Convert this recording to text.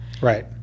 Right